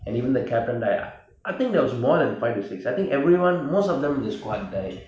and even the captain died I think that was more than five or six I think everyone most of them int he squad died